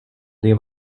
les